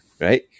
right